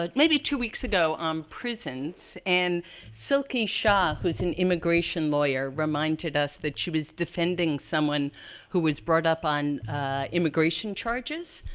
but maybe two weeks ago, on prisons, and silki shah, who's an immigration lawyer, reminded us that she was defending someone who was brought up on immigration charges.